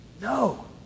No